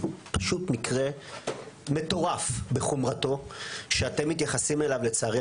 פשוט מקרה מטורף בחומרתו שאתם מתייחסים אליו לצערי,